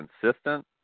consistent